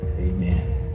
Amen